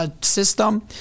System